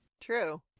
true